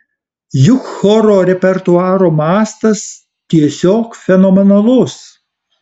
juk choro repertuaro mastas tiesiog fenomenalus